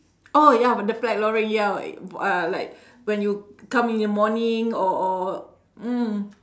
orh ya bu~ the flag lowering ya ah like when you come in the morning or or mm